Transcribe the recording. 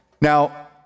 Now